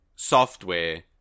Software